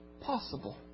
possible